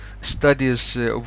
studies